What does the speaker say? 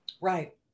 Right